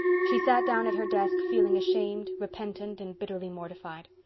she sat down at her desk feeling ashamed, repentant, and bitterly mortified.